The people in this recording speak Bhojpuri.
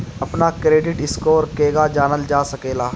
अपना क्रेडिट स्कोर केगा जानल जा सकेला?